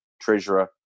treasurer